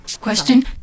Question